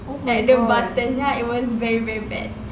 like the button ya it was very very bad